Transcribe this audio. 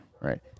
right